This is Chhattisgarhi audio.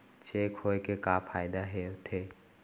चेक होए के का फाइदा होथे?